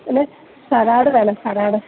പിന്നെ സലാഡ് വേണം സലാഡ്